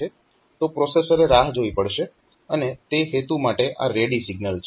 તો પ્રોસેસરે રાહ જોવી પડશે અને તે હેતુ માટે આ રેડી સિગ્નલ છે